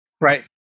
Right